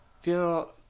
feel